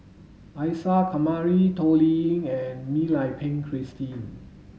Isa Kamari Toh Liying and Mak Lai Peng Christine